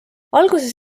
alguses